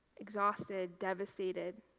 exhausted, devastated,